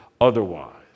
otherwise